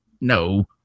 No